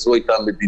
זו הייתה המדיניות,